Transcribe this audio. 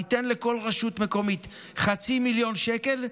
אתן לכל רשות מקומית חצי מיליון שקל,